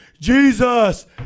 jesus